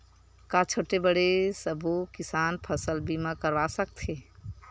का छोटे बड़े सबो किसान फसल बीमा करवा सकथे?